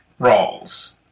Rawls